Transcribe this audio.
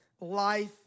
life